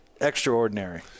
extraordinary